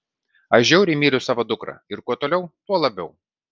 aš žiauriai myliu savo dukrą ir kuo toliau tuo labiau